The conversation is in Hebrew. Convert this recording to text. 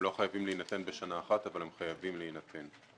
הם לא חייבים להינתן בשנה אחת אבל הם חייבים להינתן.